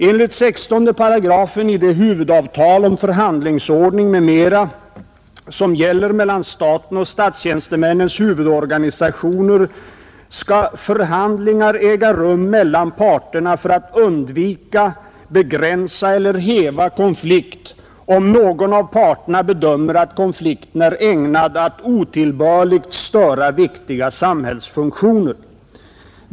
Enligt 16 § i det huvudavtal om förhandlingsordning m.m. som gäller mellan staten och statstjänstemännens huvudorganisationer skall förhandlingar äga rum mellan parterna för att undvika, begränsa eller häva konflikt om någon av parterna bedömer att konflikten är ägnad att otillbörligt störa viktiga samhällsfunktioner.